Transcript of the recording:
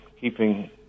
keeping